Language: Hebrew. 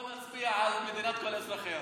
בוא נצביע על מדינת כל אזרחיה.